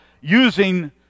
using